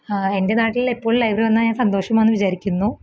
എന്റെ നാട്ടിൽ എപ്പോൾ ലൈബ്രറി വന്നാൽ ഞാന് സന്തോഷമാണെന്ന് വിചാരിക്കുന്നു